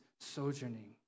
sojourning